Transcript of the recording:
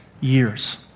years